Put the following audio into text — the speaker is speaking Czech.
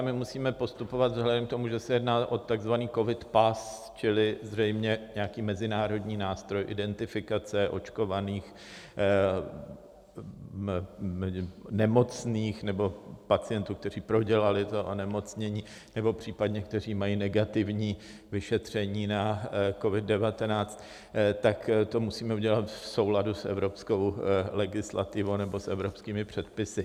Musíme postupovat vzhledem k tomu, že se jedná o takzvaný covid pas čili zřejmě nějaký mezinárodní nástroj identifikace očkovaných, nemocných nebo pacientů, kteří prodělali to onemocnění nebo případně kteří mají negativní vyšetření na COVID19, tak to musíme udělat v souladu s evropskou legislativou nebo s evropskými předpisy.